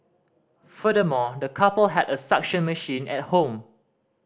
furthermore the couple had a suction machine at home